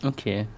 Okay